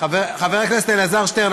חבר הכנסת אלעזר שטרן,